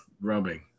rubbing